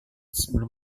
sebelum